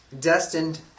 destined